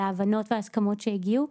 על ההבנות וההסכמות שהגיעו,